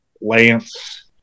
Lance